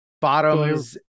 Bottoms